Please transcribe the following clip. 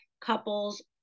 couples